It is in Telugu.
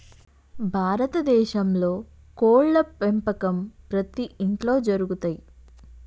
భారత దేశంలో కోడ్ల పెంపకం ప్రతి ఇంట్లో జరుగుతయ్